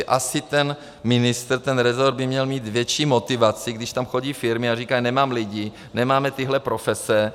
Asi ten ministr, ten resort by měl mít větší motivaci, když tam chodí firmy a říkají: nemáme lidi, nemáme tyto profese.